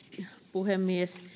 puhemies